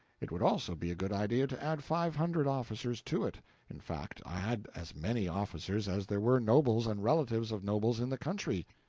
it would also be a good idea to add five hundred officers to it in fact, add as many officers as there were nobles and relatives of nobles in the country,